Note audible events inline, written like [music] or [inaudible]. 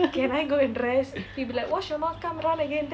[laughs]